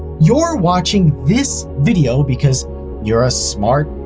you're watching this video because you're a smart,